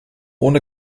ohne